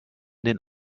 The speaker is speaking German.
den